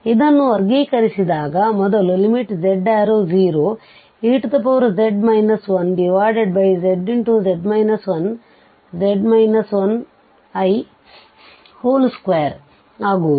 ಇದನ್ನು ವರ್ಗೀಕರಿಸಿದಾಗ ಮೊದಲು z→0⁡ez 1zz 1z i2 ಆಗುವುದು